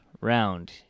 round